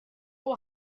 will